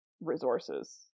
resources